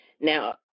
Now